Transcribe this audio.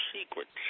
secrets